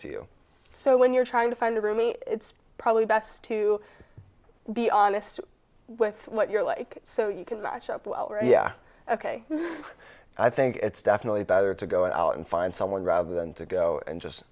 to you so when you're trying to find a roommate it's probably best to be honest with what you're like so you can match up yeah ok i think it's definitely better to go out and find someone rather than to go and just